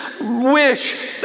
wish